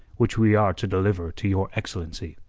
which we are to deliver to your excellency.